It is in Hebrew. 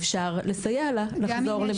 אפשר לסייע לה לחזור למדינתה.